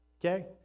okay